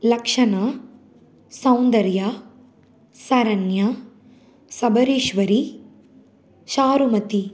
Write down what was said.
Lakshana Soundarya Saranya Sabareeswari Charumathi